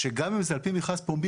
שגם אם זה על פי מכרז פומבי,